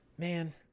Man